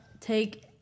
take